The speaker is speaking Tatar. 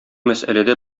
мәсьәләдә